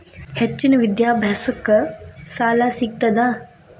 ಹೆಚ್ಚಿನ ವಿದ್ಯಾಭ್ಯಾಸಕ್ಕ ಸಾಲಾ ಸಿಗ್ತದಾ?